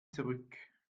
zurück